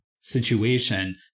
situation